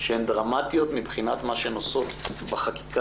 שהן דרמטיות מבחינת מה שהן עושות בחקיקה